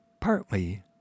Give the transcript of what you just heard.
partly